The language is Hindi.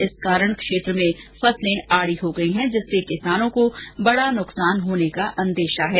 इस कारण क्षेत्र में फसलें आडी हो गई है जिससे किसानों को बडा नुकसान होने का अंदेशा है